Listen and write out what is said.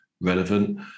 relevant